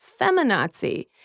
feminazi